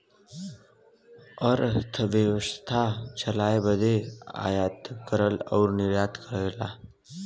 अरथबेवसथा चलाए बदे आयातो करला अउर निर्यातो करला